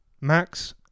Max